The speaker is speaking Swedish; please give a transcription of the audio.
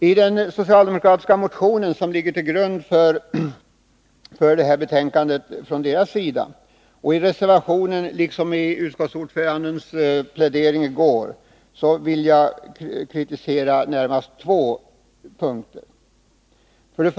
I den socialdemokratiska motion som ligger till grund för reservationen, liksom i utskottsordförandens plädering i går vill jag kritisera närmast två punkter.